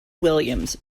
williams